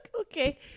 Okay